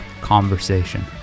conversation